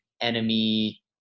Enemy